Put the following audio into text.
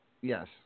Yes